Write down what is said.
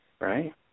right